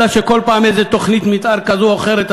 אלא שכל פעם איזה תוכנית מתאר כזאת או אחרת,